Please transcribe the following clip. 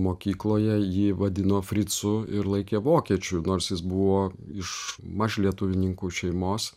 mokykloje jį vadino fricu ir laikė vokiečiu nors jis buvo iš mažlietuvininkų šeimos